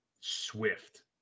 Swift